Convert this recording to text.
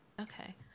Okay